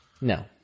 no